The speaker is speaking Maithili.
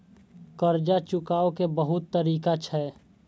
कर्जा चुकाव के बहुत तरीका छै?